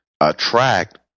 attract